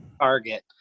Target